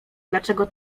dlaczego